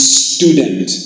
student